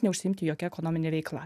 neužsiimti jokia ekonomine veikla